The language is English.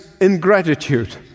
ingratitude